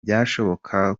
byashoboka